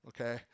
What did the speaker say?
Okay